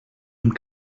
amb